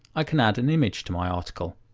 i can add an image to my article.